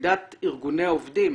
וחסידת ארגוני עובדים.